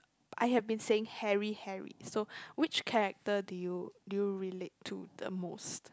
I have been saying Harry Harry so which character do you do you relate to the most